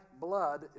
blood